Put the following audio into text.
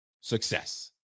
Success